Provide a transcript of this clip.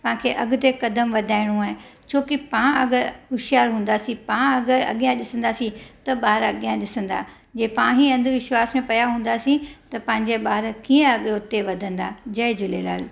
पाणखे अॻिते कदमु वधाइणो आहे छो की पाण अगरि हुशियारो हुंदासीं पाण अगरि अॻियां ॾिसंदासीं त ॿार अॻियां ॾिसंदा जे पाण ई अंधविश्वास में पिया हुंदासीं त पंहिंजे ॿार कीअं हुते अॻु वधंदा जय झूलेलाल